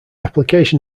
application